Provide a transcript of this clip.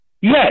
Yes